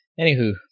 Anywho